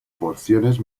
porciones